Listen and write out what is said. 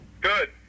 Good